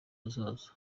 hazaza